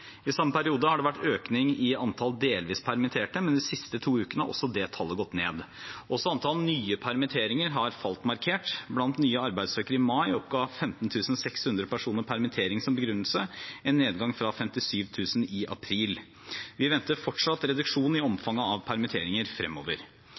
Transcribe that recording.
I samme periode har det vært økning i antall delvis permitterte, men de siste to ukene har også det tallet gått ned. Også antall nye permitteringer har falt markert. Blant nye arbeidssøkere i mai oppga 15 600 personer permittering som begrunnelse, en nedgang fra 57 000 i april. Vi venter fortsatt reduksjon i